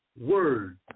word